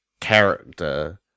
character